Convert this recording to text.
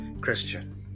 Christian